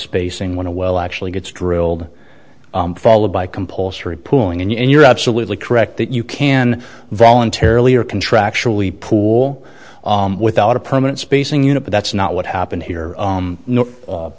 spacing when a well actually gets drilled followed by compulsory pooling and you're absolutely correct that you can voluntarily or contractually poor without a permanent spacing unit but that's not what happened here